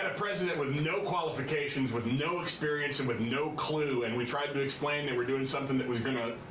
ah president with no qualifications, with no experience and with no clue and we tried to explain they were doing something that was gonna,